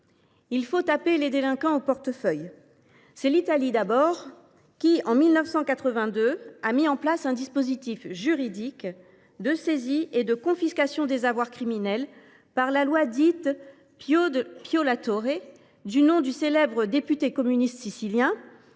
Il faut taper les délinquants au portefeuille. » Dès 1982, l’Italie créa un dispositif juridique de saisie et de confiscation des avoirs criminels, par la loi dite Pio La Torre, du nom du célèbre député communiste sicilien.